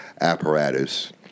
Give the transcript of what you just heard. apparatus